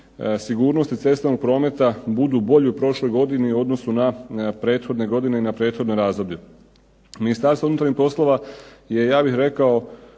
sigurnosti cestovnog prometa budu bolji u prošloj godini u odnosu na prethodne godine i na prethodno razdoblje. Ministarstvo unutarnjih poslova je ja bih rekao